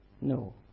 No